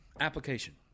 Application